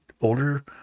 older